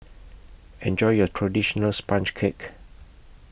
Enjoy your Traditional Sponge Cake